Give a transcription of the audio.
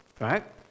Right